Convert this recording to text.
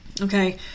Okay